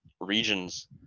regions